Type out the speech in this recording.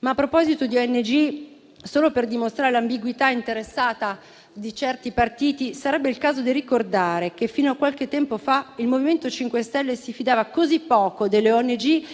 A proposito di ONG, solo per dimostrare l'ambiguità interessata di certi partiti, sarebbe il caso di ricordare che fino a qualche tempo fa il MoVimento 5 Stelle si fidava così poco delle ONG